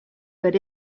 but